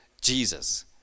Jesus